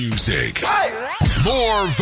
More